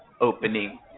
Opening